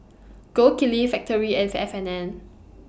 Gold Kili Factorie and F and N